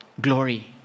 Glory